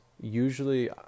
usually –